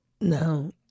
no